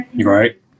right